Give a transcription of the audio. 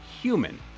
human